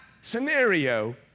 scenario